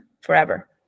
forever